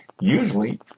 usually